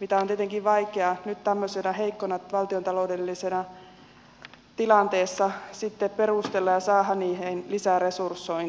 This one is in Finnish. mitä on tietenkin vaikeaa nyt tämmöisessä heikossa valtiontaloudellisessa tilanteessa sitten perustella ja saada niihin lisäresursointia